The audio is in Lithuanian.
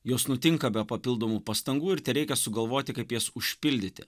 jos nutinka be papildomų pastangų ir tereikia sugalvoti kaip jas užpildyti